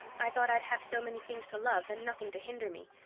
i thought i'd have so many things to love and nothing to hinder me.